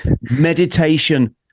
meditation